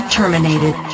terminated